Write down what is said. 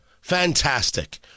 Fantastic